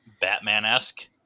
Batman-esque